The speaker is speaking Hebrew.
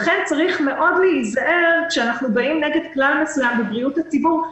לכן צריך להיזהר מאוד כשאנחנו באים נגד כלל מסוים בבריאות הציבור.